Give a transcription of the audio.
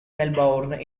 melbourne